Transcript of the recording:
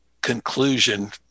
conclusion